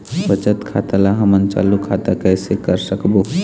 बचत खाता ला हमन चालू खाता कइसे कर सकबो?